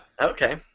Okay